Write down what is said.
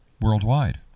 worldwide